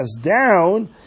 down